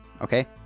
Okay